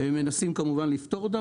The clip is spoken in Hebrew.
אנחנו מנסים לפתור את הפערים.